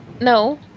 No